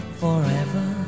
forever